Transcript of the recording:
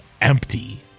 empty